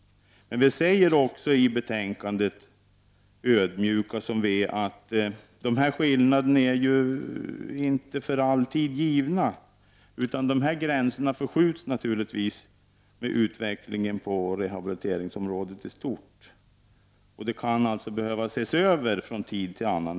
Vi säger också i betänkandet — ödmjuka som vi är — att skillnaderna inte är givna för all framtid, utan att gränserna förskjuts med utvecklingen på rehabiliteringsområdet i stort. Detta kan alltså behöva ses över från tid till annan.